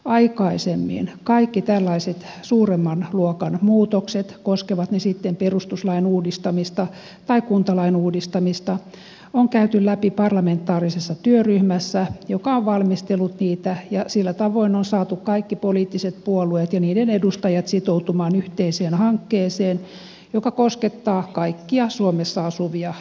aikaisemmin kaikki tällaiset suuremman luokan muutokset koskevat ne sitten perustuslain uudistamista tai kuntalain uudistamista on käyty läpi parlamentaarisessa työryhmässä joka on valmistellut niitä ja sillä tavoin on saatu kaikki poliittiset puolueet ja niiden edustajat sitoutumaan yhteiseen hankkeeseen joka koskettaa kaikkia suomessa asuvia ihmisiä